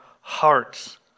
hearts